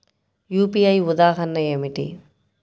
UPI ఉదాహరణ ఏమిటి?